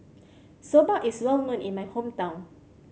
soba is well known in my hometown